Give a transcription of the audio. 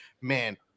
Man